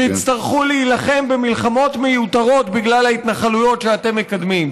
תצטרכו להילחם במלחמות מיותרות בגלל ההתנחלויות שאתם מקדמים.